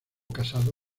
casado